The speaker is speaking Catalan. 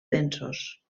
densos